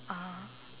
uh